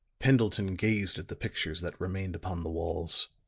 pendleton gazed at the pictures that remained upon the walls.